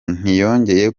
ntiyongeye